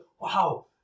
Wow